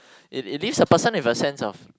it it leads a person with a sense of